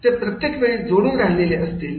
ते प्रत्येक वेळी जोडून राहिलेली असतात